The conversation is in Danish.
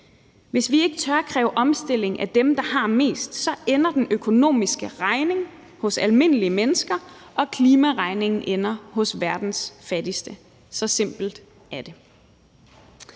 Hvis vi ikke tør kræve omstilling af dem, der har mest, ender den økonomiske regning hos almindelige mennesker, og klimaregningen ender hos verdens fattigste. Så simpelt er det.